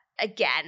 again